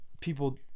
people